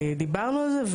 דיברנו על זה.